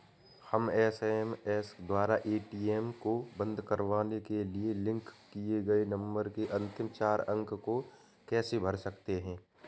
हम एस.एम.एस द्वारा ए.टी.एम को बंद करवाने के लिए लिंक किए गए नंबर के अंतिम चार अंक को कैसे भर सकते हैं?